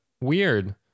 weird